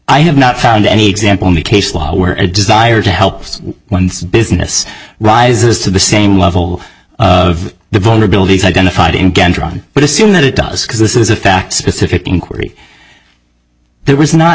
i have not found any example in the case law where a desire to help one's business rises to the same level of the vulnerabilities identified in kendra but assume that it does because this is a fact specific inquiry there was not